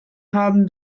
haben